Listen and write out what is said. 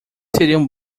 seriam